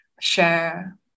share